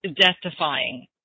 death-defying